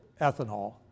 ethanol